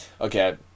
Okay